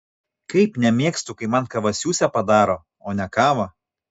kaip nemėgstu kai man kavasiusę padaro o ne kavą